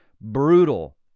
brutal